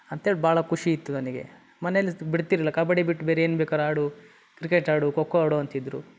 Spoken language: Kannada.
ಅಂತೇಳಿ ಭಾಳ ಖುಷಿ ಇತ್ತು ನನಗೆ ಮನೇಲ್ಲಿ ತ್ ಬಿಡ್ತಿರಲ್ಲ ಕಬಡ್ಡಿ ಬಿಟ್ಟು ಬೇರೆ ಏನು ಬೇಕಾರೂ ಆಡು ಕ್ರಿಕೆಟ್ ಆಡು ಖೊ ಖೋ ಆಡು ಅಂತಿದ್ದರು